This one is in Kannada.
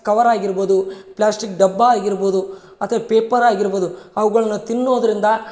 ಕವರಾಗಿರ್ಬೋದು ಪ್ಲಾಸ್ಟಿಕ್ ಡಬ್ಬ ಆಗಿರ್ಬೋದು ಮತ್ತು ಪೇಪರ್ ಆಗಿರ್ಬೋದು ಅವುಗಳನ್ನ ತಿನ್ನೋದರಿಂದ